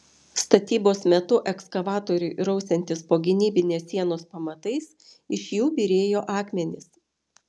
statybos metu ekskavatoriui rausiantis po gynybinės sienos pamatais iš jų byrėjo akmenys